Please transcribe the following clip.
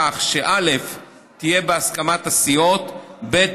בכך שהיא תהיה בהסכמת הסיעות, ב.